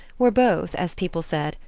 were both, as people said,